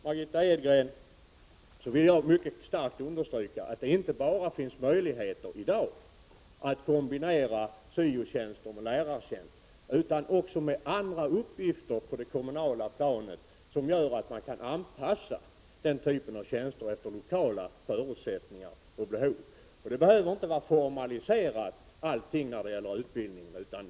Margitta Edgren, jag vill mycket starkt understryka att det inte bara i dag finns möjligheter att kombinera syo-tjänster med lärartjänster utan också med andra uppgifter på det kommunala planet som gör att man kan anpassa den typen av tjänster efter lokala förutsättningar och behov. Allt på utbildningsområdet behöver inte vara formaliserat.